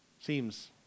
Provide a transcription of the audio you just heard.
Seems